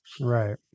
Right